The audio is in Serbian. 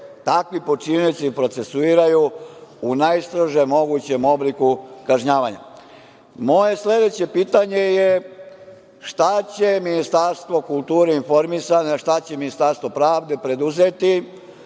takvi počinioci procesuiraju u najstrožem mogućem obliku kažnjavanja? Moje sledeće pitanje je – šta će Ministarstvo kulture i informisanja, šta će Ministarstvo pravde preduzeti